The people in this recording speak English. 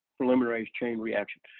polymerase chain reaction,